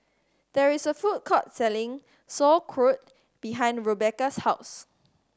there is a food court selling Sauerkraut behind Rebekah's house